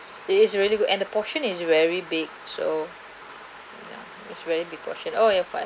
it is really good and the portion is very big so ya it's very big portion oh your part